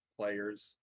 players